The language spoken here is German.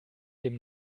dem